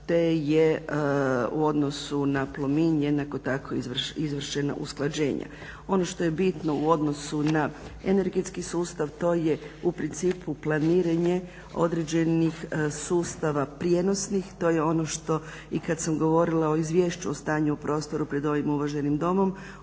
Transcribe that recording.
te je u odnosu na Plomin jednako tako izvršeno usklađenje. Ono što je bitno u odnosu na energetski sustav to je u principu planiranje određenih sustava prijenosnih. To je ono što i kada sam govorila u izvješću o stanju u prostoru pred ovim uvaženim Domom